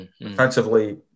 Offensively